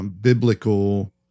Biblical